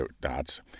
dots